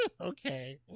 Okay